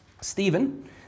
Stephen